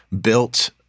built